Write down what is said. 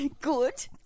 Good